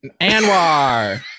Anwar